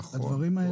נכון.